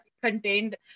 contained